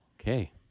Okay